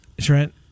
Trent